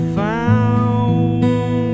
found